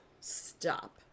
stop